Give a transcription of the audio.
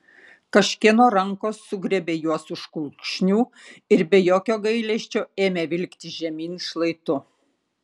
kažkieno rankos sugriebė juos už kulkšnių ir be jokio gailesčio ėmė vilkti žemyn šlaitu